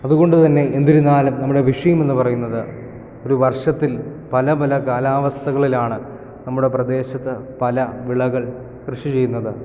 അതുകൊണ്ടുതന്നെ എന്തിരുന്നാലും നമ്മുടെ വിഷയം എന്നു പറയുന്നത് ഒരു വർഷത്തിൽ പല പല കാലാവസ്ഥകളിലാണ് നമ്മുടെ പ്രദേശത്ത് പല വിളകൾ കൃഷി ചെയ്യുന്നത്